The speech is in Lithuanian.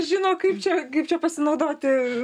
žino kaip čia kaip čia pasinaudoti